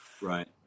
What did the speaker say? Right